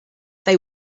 they